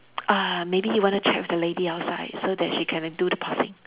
uh maybe you want to check with the lady outside so that she can do the pausing